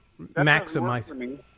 maximize